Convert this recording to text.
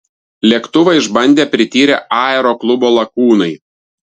lėktuvą išbandė prityrę aeroklubo lakūnai